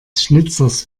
schnitzers